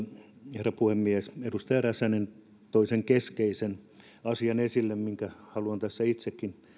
herra puhemies edustaja räsänen toi esille sen keskeisen asian minkä haluan tässä itsekin